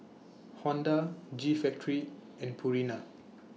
Honda G Factory and Purina